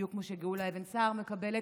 בדיוק כמו שגאולה אבן סער מקבלת,